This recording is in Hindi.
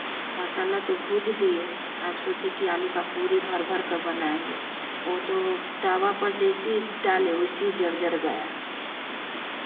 मासाला तो भूज दिए और सोचे कि आलू का पूरी भर भर कर बनाएँगे वह तो तवा पर जैसे ही डाले वैसे ही जल जल गया